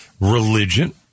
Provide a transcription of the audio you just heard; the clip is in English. religion